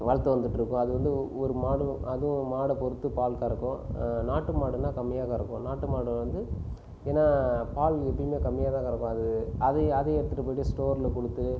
வளர்த்து வந்துகிட்டு இருக்கோம் அது வந்து ஒரு மாடு அதுவும் மாடை பொறுத்து பால் கறக்கும் நாட்டு மாடுன்னால் கம்மியாக கறக்கும் நாட்டு மாடு வந்து ஏன்னால் பால் எப்போயுமே கம்மியாதான் கறக்கும் அது அதையும் அதையும் எடுத்துகிட்டு போய்விட்டு ஸ்டோரில் கொடுத்து